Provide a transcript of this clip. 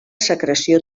secreció